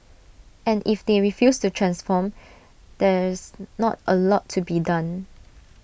and if they refuse to transform there's not A lot to be done